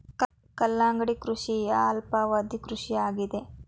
ಕಲ್ಲಂಗಡಿ ಕೃಷಿಯ ಅಲ್ಪಾವಧಿ ಕೃಷಿ ಆಗಿದೆ